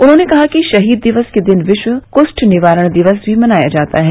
उन्होंने कहा कि शहीद दिवस के दिन विश्व कुष्ठ निवारण दिवस भी मनाया जाता है